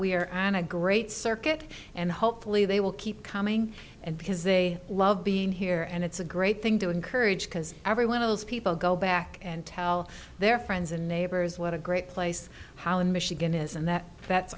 we're on a great circuit and hopefully they will keep coming and because they love being here sure and it's a great thing to encourage because every one of those people go back and tell their friends and neighbors what a great place holland michigan is and that that's